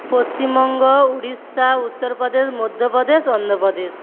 Paschimbanga Orissa Uttar Pradesh Madhya Pradesh Andhra Pradesh